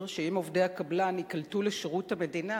שאם עובדי הקבלן ייקלטו בשירות המדינה